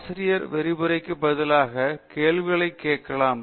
ஆசிரியர் விரிவுரைக்கு பதிலாக கேள்விகளை கேட்கலாம்